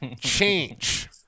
change